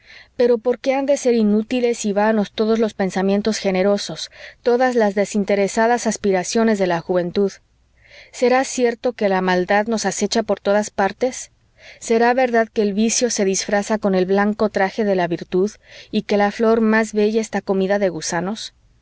pero por qué han de ser inútiles y vanos todos los pensamientos generosos todas las desinteresadas aspiraciones de la juventud será cierto que la maldad nos acecha por todas partes será verdad que el vicio se disfraza con el blanco traje de la virtud y que la flor más bella está comida de gusanos